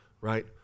right